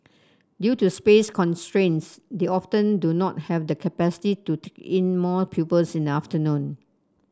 due to space constraints they often do not have the capacity to in more pupils in afternoon